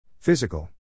Physical